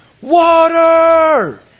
water